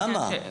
למה?